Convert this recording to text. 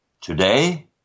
Today